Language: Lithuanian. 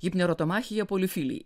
hipnerotomachija polifilijai